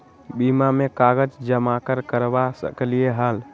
बीमा में कागज जमाकर करवा सकलीहल?